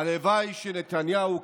הלוואי שנתניהו,